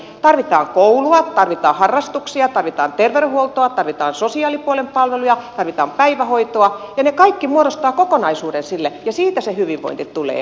tarvitaan koulua tarvitaan harrastuksia tarvitaan terveydenhuoltoa tarvitaan sosiaalipuolen palveluja tarvitaan päivähoitoa ja ne kaikki muodostavat kokonaisuuden sille ja siitä se hyvinvointi tulee